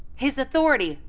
his authority,